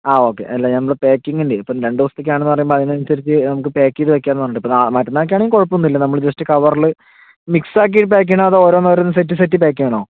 ആ ഓക്കെ അല്ല നമ്മള് പാക്കിങ്ങിൻ്റെയാ ഇപ്പോൾ രണ്ടു ദിവസത്തേക്കാണെന്നു പറയുമ്പോൾ അതിനനുസരിച്ച് നമുക്ക് പാക്ക് ചെയ്തു വെയ്ക്കാമെന്നു പറഞ്ഞിട്ടാ ഇപ്പോൾ നാളെ മറ്റന്നാളേക്കാണെങ്കിൽ കുഴപ്പമൊന്നുമില്ല നമ്മള് ജസ്റ്റ് കവറില് മിക്സാക്കി പാക്ക് ചെയ്യണോ അതോ ഓരോന്നോരോന്നു സെറ്റ് സെറ്റ് പാക്ക് ചെയ്യണോ